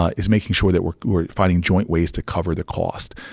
ah is making sure that we're we're finding joint ways to cover the cost.